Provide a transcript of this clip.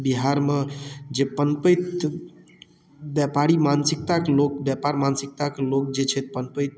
बिहारमे जे पनपैत व्यापारी मानसिकताके लोक व्यापार मानसिकताके लोग जे छै पनपैत